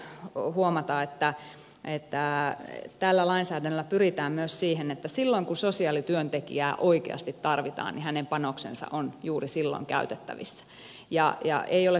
on tärkeää huomata että tällä lainsäädännöllä pyritään myös siihen että kun sosiaalityöntekijää oikeasti tarvitaan niin hänen panoksensa on juuri silloin käytettävissä